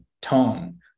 tone